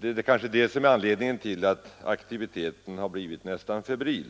Det är kanske det som är anledningen till att aktiviteten har blivit nästan febril.